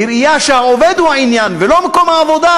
בראייה שהעובד הוא העניין ולא מקום העבודה.